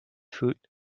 food